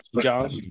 John